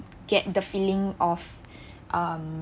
get the feeling of um